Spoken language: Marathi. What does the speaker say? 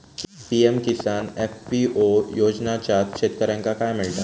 पी.एम किसान एफ.पी.ओ योजनाच्यात शेतकऱ्यांका काय मिळता?